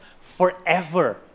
forever